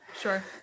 Sure